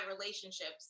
relationships